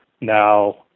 Now